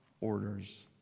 orders